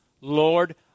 Lord